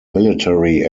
military